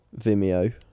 Vimeo